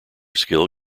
skill